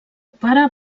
pare